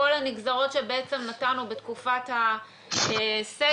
כל הנגזרות שנתנו בתקופת הסגר,